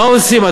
מה עושים?